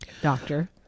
Doctor